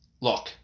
Look